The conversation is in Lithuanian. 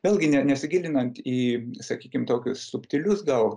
vėlgi net nesigilinant į sakykim tokius subtilius gal